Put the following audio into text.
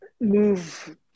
move